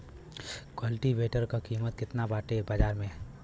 कल्टी वेटर क कीमत केतना बाटे बाजार में?